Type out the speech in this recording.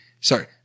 Sorry